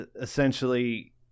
essentially